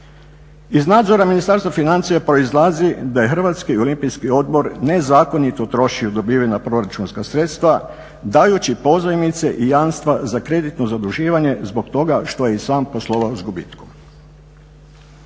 Iz nadzora Ministarstva financija proizlazi da je Hrvatski olimpijski odbor nezakonito utrošio dobivena proračunska sredstva dajući pozajmice i jamstva za kreditno zaduživanje zbog toga što je i sam poslovao s gubitkom.